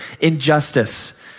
injustice